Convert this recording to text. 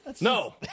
No